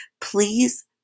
please